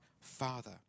father